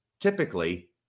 typically